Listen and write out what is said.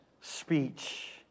speech